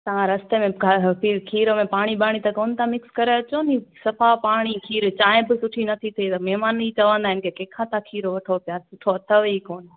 तव्हां रस्ते में घरु खीरु खीरु में पाणी बाणी त कोन था मिक्स कराए अचोनि सफ़ा पाणी खीरु चाहिं बि सुठी नथी थिएव महिमान ई चवंदा आहिनि कि कंहिं खां था खीरु वठो पिया सुठो अथव ई कोन